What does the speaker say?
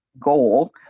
goal